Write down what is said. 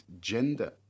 gender